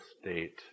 state